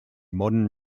modern